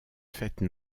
fête